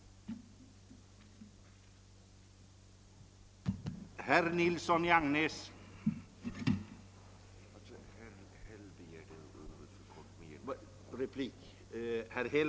Jag yrkar bifall till reservationen.